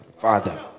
father